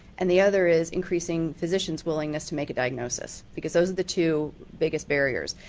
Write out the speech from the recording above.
and the other is increasing physician's willingness to make a diagnosis because those are the two biggest barriers.